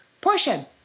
portion